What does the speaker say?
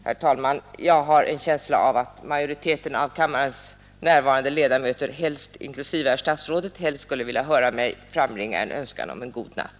Herr talman! Jag har en känsla av att majoriteten av kammarens närvarande ledamöter, inklusive herr statsrådet, helst skulle vilja höra mig frambringa en önskan om en god natt.